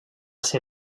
ser